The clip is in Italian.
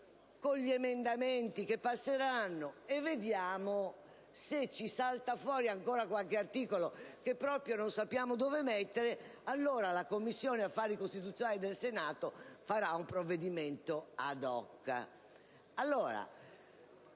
con gli emendamenti che passeranno. Se salterà fuori ancora qualche articolo che proprio non sapremo dove inserire, allora la Commissione affari costituzionali del Senato farà un provvedimento *ad hoc*.